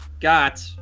got